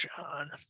john